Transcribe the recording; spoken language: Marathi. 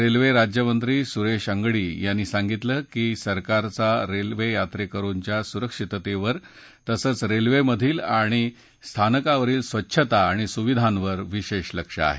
रेल्वे राज्यमंत्री सुरेश अंगडी यांनी सांगितलं की सरकारचा रेल्वेयात्रेकरुंच्या सुरक्षिततेवर तसंघ रेल्वेमधील आणि स्थानकांवरील स्वच्छता आणि सुविधांवर विशेष लक्ष आहे